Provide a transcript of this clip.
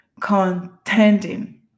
contending